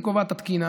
היא קובעת את התקינה,